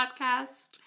podcast